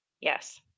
Yes